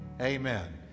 Amen